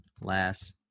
last